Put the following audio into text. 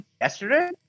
Yesterday